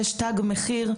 יש תג מחיר,